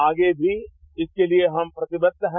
आगे भी इसके लिए हम प्रतिबद्ध है